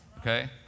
okay